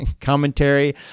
commentary